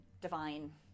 divine